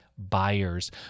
buyers